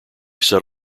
set